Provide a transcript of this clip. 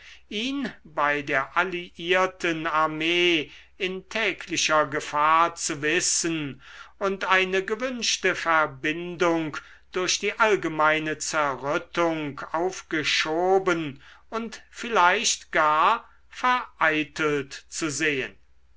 ihn bei der alliierten armee in täglicher gefahr zu wissen und eine gewünschte verbindung durch die allgemeine zerrüttung aufgeschoben und vielleicht gar vereitelt zu sehen